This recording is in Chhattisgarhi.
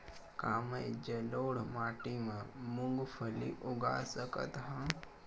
का मैं जलोढ़ माटी म मूंगफली उगा सकत हंव?